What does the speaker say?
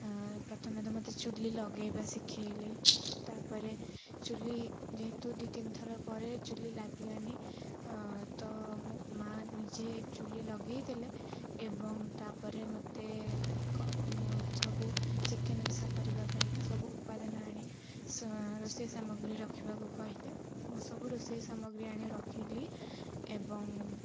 ପ୍ରଥମେ ତ ମୋତେ ଚୁଲି ଲଗାଇବା ଶିଖାଇଲେ ତାପରେ ଚୁଲି ଯେହେତୁ ଦୁଇ ତିନିଥର ପରେ ଚୁଲି ଲାଗିଲାନି ତ ମୁଁ ମାଆ ନିଜେ ଚୁଲି ଲଗାଇଦେଲେ ଏବଂ ତାପରେ ମୋତେ ସବୁ ଚିକେନ୍ କଷା କରିବା ପାଇଁକା ସବୁ ଉପାଦାନ ଆଣି ରୋଷେଇ ସାମଗ୍ରୀ ରଖିବାକୁ କହିଲେ ମୁଁ ସବୁ ରୋଷେଇ ସାମଗ୍ରୀ ଆଣି ରଖିଲି ଏବଂ